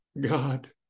God